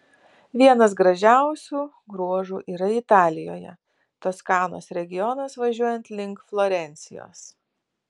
vienas gražiausių ruožų yra italijoje toskanos regionas važiuojant link florencijos